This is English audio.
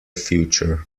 future